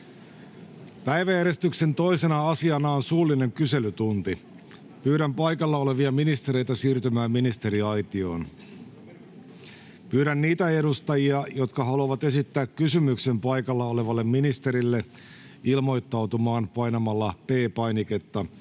Päiväjärjestyksen 2. asiana on suullinen kyselytunti. Pyydän paikalla olevia ministereitä siirtymään ministeriaitioon. Pyydän niitä edustajia, jotka haluavat esittää kysymyksen paikalla olevalle ministerille, ilmoittautumaan painamalla P-painiketta